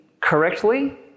correctly